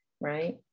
right